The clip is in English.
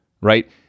right